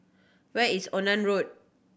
where is Onan Road